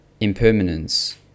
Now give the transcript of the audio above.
impermanence